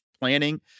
planning